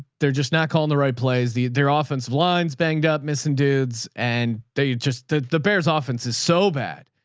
they're just not calling the right plays. the they're often lines banged up missing dudes and they just, the the bears offense so is so bad.